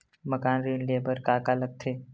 मकान ऋण ले बर का का लगथे?